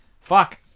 fuck